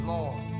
Lord